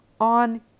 on